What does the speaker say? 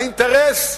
האינטרס,